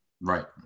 Right